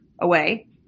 away